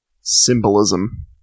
Symbolism